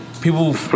People